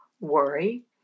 worry